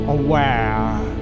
aware